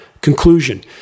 Conclusion